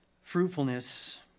Fruitfulness